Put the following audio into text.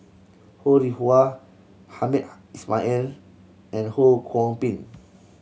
Ho Rih Hwa Hamed Ismail and Ho Kwon Ping